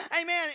Amen